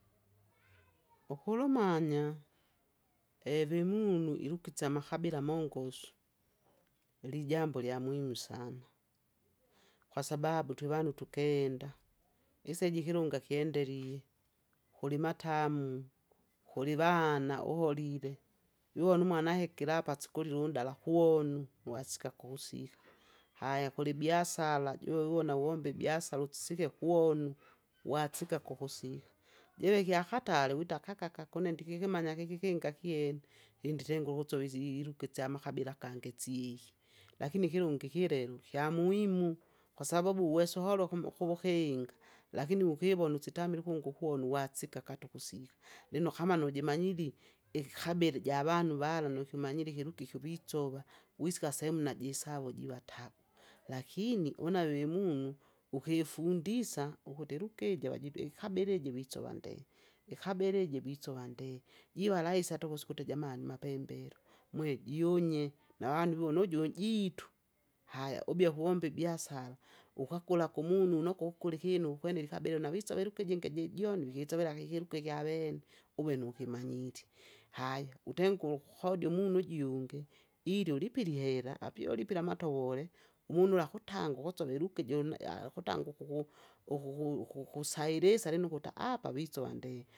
ukulumanya, evoimunu ilukitsa amakabila mongosu, lijambo lyamuhimu sana, kwasababu twevanu tukenda, iseji kilunga kyendelie, kulimatamu, kulivana uholile, wivona umwana ahekire hapa asikolile unndala kuwonu wasika kusika, haya kulibiasara juwo wiwona uwombe ibiasara utsike kukusika. Jivikie akatare wita kakaka une ndikikimanya kikikinga kiene! inditengule ukusova isi- iluga isyamakabila gangi siiki. Lakini ikilungi kilelo kyamuhimu, kwasababu uwesa uholoke umu kuwukinga, lakini uwukiwona usitamile ukungu ukuwona uwasikaka tuku siika. Lino kama nujimanyiri ikikabila ijavanu vala nikimanyiri ikiluga ikiwitsova, witsika sehemu najisau jiva tabu, lakini una vemunu ukifundisa! ukuti luga ijo vajitu ikabila wisova ndee, ikabila iji wisova ndee, jiva rahisi hata ukusaku ukuti jamani mapembelo, mwe jiunye, navanu vivona uju unnjitu. Haya ubie kuvomba ibiasala, ukakula kumunu unoko ukula ikinu ukwene ilikabira navisove iluga ijingi jijoni! ukisovera kikiluga ikyavene, ubwene uvukimanyiri, haya utengule ukukodi umunu ujungi, ilya ulipilie ihara, apyoulipira amatovole umunu ula kutangu ukusove iluga ijo naya kutanga ukuku- ukuku- ukukusailisa lino ukuti apa visova ndee.